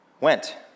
went